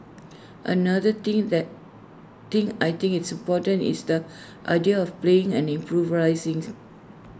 another thing that thing I think is important is the idea of playing and improvising